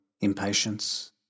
impatience